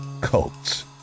cults